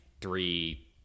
three